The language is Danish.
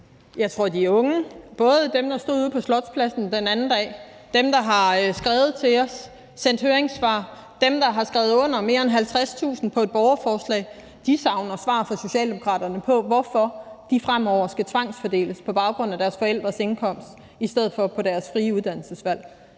Jeg tror, at de unge, både dem, der stod ude på Slotspladsen den anden dag, dem, der har skrevet til os, sendt høringssvar, og dem, der har skrevet under – det er mere end 50.000 – på et borgerforslag, savner svar fra Socialdemokraterne på, hvorfor de fremover skal tvangsfordeles på baggrund af deres forældres indkomst i stedet for at have et frit uddannelsesvalg.